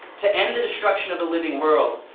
to end the destruction of the living world,